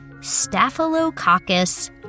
Staphylococcus